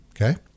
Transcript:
okay